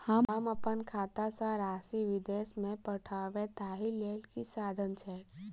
हम अप्पन खाता सँ राशि विदेश मे पठवै ताहि लेल की साधन छैक?